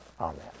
Amen